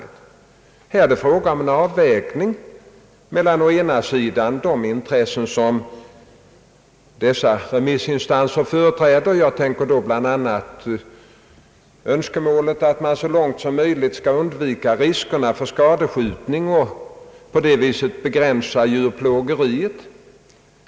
— Det är fråga om en avvägning, och dessa remissinstanser företräder naturligtvis, för att ta ett exempel, en sådan synpunkt som att man så långt som möjligt skall undvika riskerna för skadskjutning och på det viset begränsa djurplågeriet.